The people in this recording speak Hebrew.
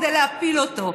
כדי להפיל אותו.